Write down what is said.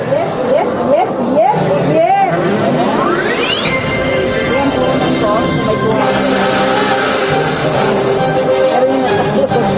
are